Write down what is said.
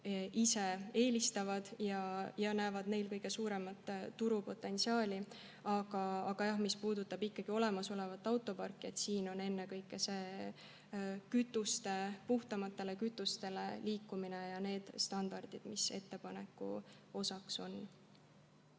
ise eelistavad ja näevad neil kõige suuremat turupotentsiaali. Aga jah, mis puudutab olemasolevat autoparki, siis siin on [eesmärk] ennekõike puhtamatele kütustele liikumine ja need standardid, mis ettepaneku osaks on.